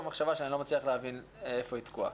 מחשבה שאני לא מצליח להבין איפה היא תקועה.